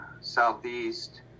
southeast